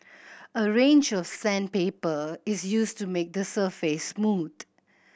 a range of sandpaper is used to make the surface smooth